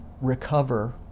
recover